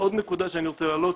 עוד נקודה שאני רוצה להעלות.